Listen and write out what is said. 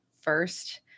first